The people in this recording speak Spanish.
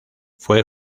fue